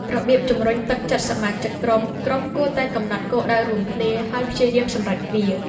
របៀបជំរុញទឹកចិត្តសមាជិកក្រុមក្រុមគួរតែកំណត់គោលដៅរួមគ្នា ហើយព្យាយាមសម្រេចវា។